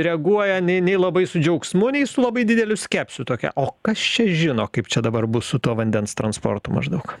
reaguoja nei nei labai su džiaugsmu nei su labai dideliu skepsiu tokia o kas čia žino kaip čia dabar bus su tuo vandens transportu maždaug